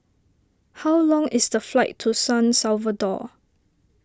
how long is the flight to San Salvador